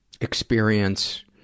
experience